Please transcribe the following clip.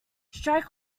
strike